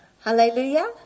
Hallelujah